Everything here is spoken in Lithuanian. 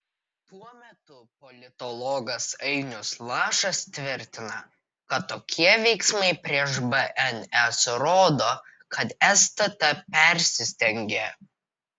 tuo metu politologas ainius lašas tvirtina kad tokie veiksmai prieš bns rodo kad stt persistengė